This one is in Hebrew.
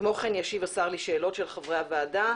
כמו כן ישיב השר לשאלות של חברי הוועדה,